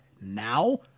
now